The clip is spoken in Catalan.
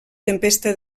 tempesta